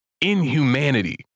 inhumanity